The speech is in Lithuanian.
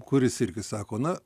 kuris irgi sako na